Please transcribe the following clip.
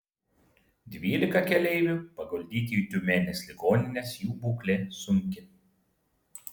dvylika keleivių paguldyti į tiumenės ligonines jų būklė sunki